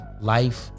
life